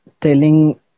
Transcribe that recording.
telling